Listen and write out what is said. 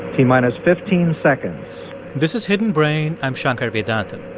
t-minus fifteen seconds this is hidden brain. i'm shankar vedantam